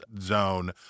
zone